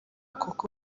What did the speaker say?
kuko